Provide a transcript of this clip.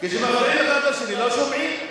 כשמפריעים אחד לשני, לא שומעים.